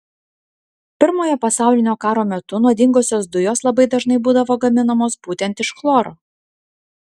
pirmojo pasaulinio karo metu nuodingosios dujos labai dažnai būdavo gaminamos būtent iš chloro